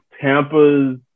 Tampa's